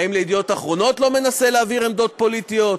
האם "ידיעות אחרונות" לא מנסה להעביר עמדות פוליטיות?